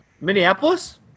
Minneapolis